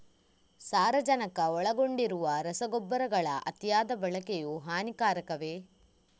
ಸಾರಜನಕ ಒಳಗೊಂಡಿರುವ ರಸಗೊಬ್ಬರಗಳ ಅತಿಯಾದ ಬಳಕೆಯು ಹಾನಿಕಾರಕವೇ?